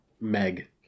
Meg